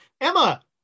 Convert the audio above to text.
Emma